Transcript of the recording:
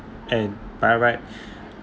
and by right